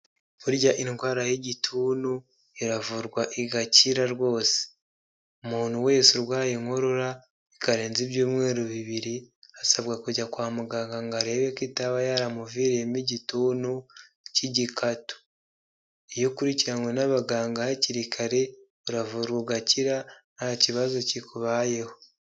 Burya indwara y'igituntu iravurwa igakira rwose, umuntu wese urwaye inkorora ikarenza ibyumweru bibiri asabwa kujya kwa muganga ngo arebe ko itaba yaramuviriyemo igituntu cy'igikatu, iyo ukurikiranywe n'abaganga hakiri kare uravurwa ugakira nta kibazo kikubayeho.